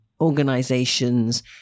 organizations